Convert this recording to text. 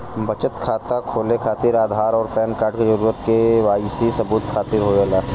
बचत खाता खोले खातिर आधार और पैनकार्ड क जरूरत के वाइ सी सबूत खातिर होवेला